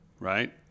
right